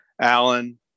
Alan